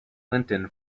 clinton